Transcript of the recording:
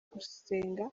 gusenga